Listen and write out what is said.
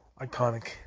iconic